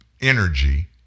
energy